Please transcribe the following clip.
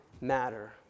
matter